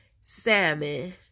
salmon